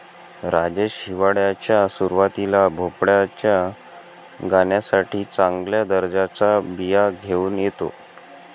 राजेश हिवाळ्याच्या सुरुवातीला भोपळ्याच्या गाण्यासाठी चांगल्या दर्जाच्या बिया घेऊन येतो